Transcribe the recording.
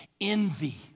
envy